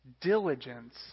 Diligence